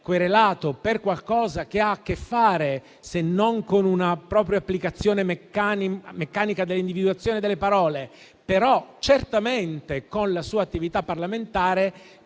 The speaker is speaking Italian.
querelato per qualcosa che ha a che fare, se non con un'applicazione meccanica dell'individuazione delle parole, certamente con la sua attività parlamentare,